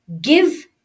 give